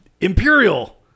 Imperial